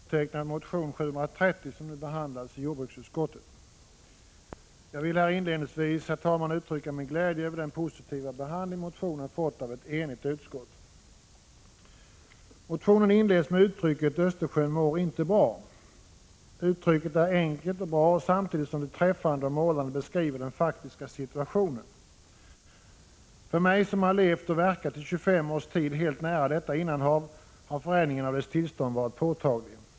Herr talman! Tillsammans med Ingrid Hasselström Nyvall har jag undertecknat motion Jo730, som nu behandlas i jordbruksutskottet. Jag vill inledningsvis uttrycka min glädje över den positiva behandling som motionen har fått av ett enigt utskott. Motionen inleds med uttrycket ”Östersjön mår inte bra”. Uttrycket är enkelt och bra, samtidigt som det träffande och målande beskriver den faktiska situationen. För mig som har levt och verkat i 25 års tid helt nära detta innanhav har förändringen av dess tillstånd varit påtaglig.